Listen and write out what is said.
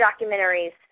documentaries